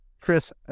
Chris